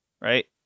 right